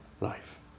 life